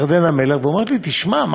ירדנה מלר ואמרה לי: תשמע,